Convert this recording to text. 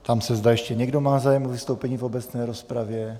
Ptám se, zda ještě někdo má zájem o vystoupení v obecné rozpravě.